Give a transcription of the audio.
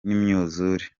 n’imyuzure